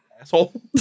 Asshole